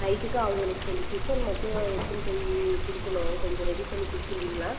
நைட்டுக்கு அவுங்களுக்கு கொஞ்சம் டிஃபன் மட்டும் எடுத்துன்னு போய் கொடுக்கணும் கொஞ்சம் ரெடி பண்ணி கொடுத்துருவீங்களா